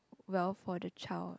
well for the child